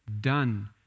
done